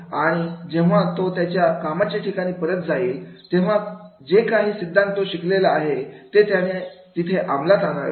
आणि जेव्हा तो त्याच्या कामाच्या ठिकाणी परत जाईल तेव्हा जे काही सिद्धांत तो शिकलेला आहे ते त्याने तिथे अमलात आणावेत